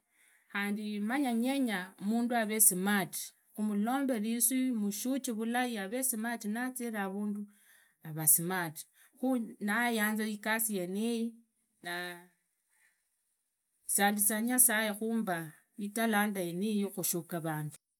Khandi manyanyenya mundu havee smart khumulombe visu iri khumusure vulai havee smart nazire havundu huvaa smart khu ndayanza igasi yeniyi ne sandiza nyasaye khuyamba italanta yeniyi yukushuka vandu.